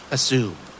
Assume